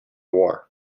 war